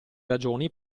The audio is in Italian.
ragioni